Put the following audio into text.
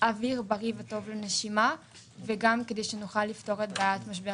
אוויר בריא וטוב לנשימה וגם כדי שנוכל לפתור את בעיית משבר